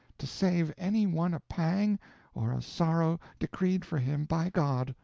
to save any one a pang or a sorrow decreed for him by god.